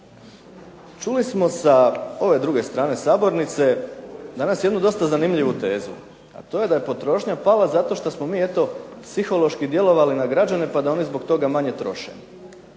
čuli smo sa ove druge strane sabornice danas jednu dosta zanimljivu tezu, a to je da je potrošnja pala zato što smo mi eto psihološki djelovali na građane pa da oni zbog toga manje troše.